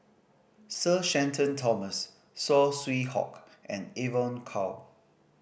Sir Shenton Thomas Saw Swee Hock and Evon Kow